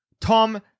Tom